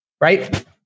right